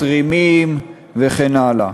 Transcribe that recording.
מתרימים וכן הלאה.